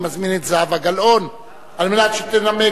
אני מזמין את זהבה גלאון על מנת שתנמק